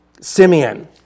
Simeon